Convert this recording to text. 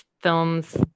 films